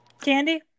candy